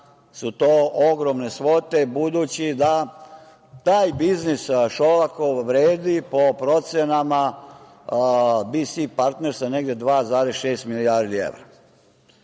su to ogromne svote, budući da taj biznis Šolakov vredi, po procenama „Bi-Si Partnersa“, negde 2,6 milijardi evra.